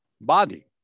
body